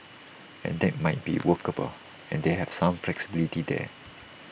and that might be workable as they have some flexibility there